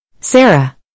Sarah